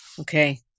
Okay